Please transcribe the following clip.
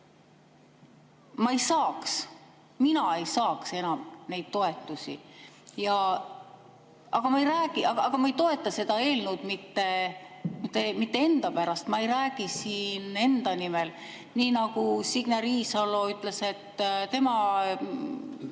last ja mina ei saaks enam neid toetusi. Aga ma ei toeta seda eelnõu mitte enda pärast, ma ei räägi siin enda nimel. Nii nagu Signe Riisalo ütles, et tema